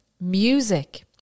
music